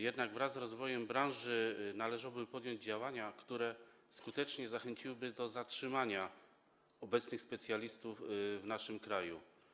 Jednak wraz z rozwojem branży należałoby podjąć działania, które skutecznie zachęciłyby do zatrzymania obecnych specjalistów w naszym kraju.